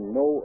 no